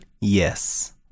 yes